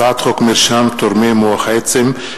הצעת חוק מרשם תורמי מוח עצם,